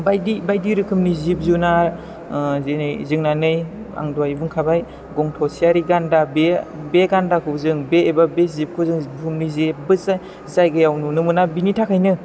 बायदि बायदि रोखोमनि जिब जुनार दिनै जोंना नै आं दहाय बुंखाबाय गं थसेयारि गान्दा बियो बे गान्दाखौ जों बे एबा बे जिबखौ जों बुहुमनि जेबबो जाय जायगायाव नुनो मोना बिनि थाखायनो